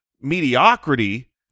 mediocrity